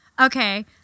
okay